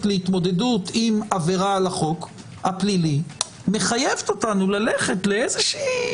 להתמודדות עם עבירה על החוק הפלילי מחייבת אותנו ללכת לאיזושהי